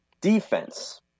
defense